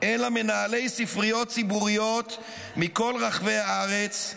אלא מנהלי ספריות ציבוריות מכל רחבי הארץ,